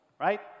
Right